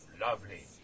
lovely